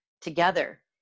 together